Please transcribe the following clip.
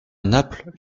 naples